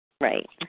Right